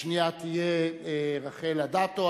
השנייה תהיה רחל אדטו,